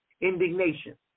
indignation